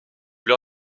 plus